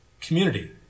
community